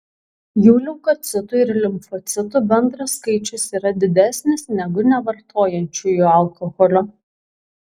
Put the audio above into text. jų leukocitų ir limfocitų bendras skaičius yra didesnis negu nevartojančiųjų alkoholio